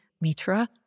Mitra